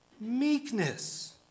meekness